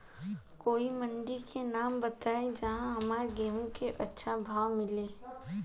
कोई मंडी के नाम बताई जहां हमरा गेहूं के अच्छा भाव मिले?